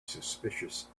suspicious